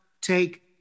take